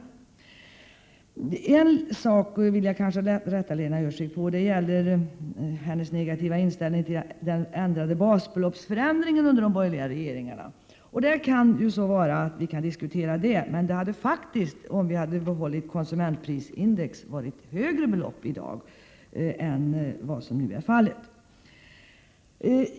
På en punkt vill jag rätta Lena Öhrsvik, och det gäller hennes negativa inställning till det ändrade basbeloppet under de borgerliga regeringarna. Vi kan naturligtvis diskutera den saken, men om vi hade behållit konsumentprisindex hade beloppet i dag faktiskt varit högre än vad som nu är fallet.